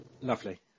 Lovely